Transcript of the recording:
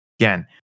Again